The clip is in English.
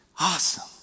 Awesome